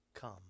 come